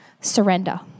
Surrender